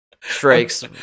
strikes